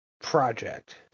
project